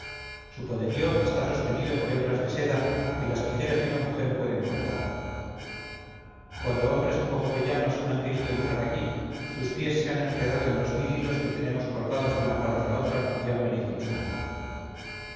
su poderío está sostenido por hebras de seda que las tijeras de una mujer pueden cortar cuando hombres como jovellanos han querido entrar aquí sus pies se han enredado en los mil hilos que tenemos colgados de una parte a otra y han venido al suelo